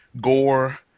Gore